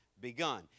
begun